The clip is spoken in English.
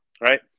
Right